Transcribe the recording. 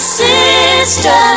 sister